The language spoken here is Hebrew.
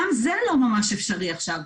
גם זה לא ממש אפשרי עכשיו,